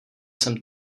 jsem